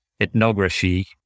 ethnography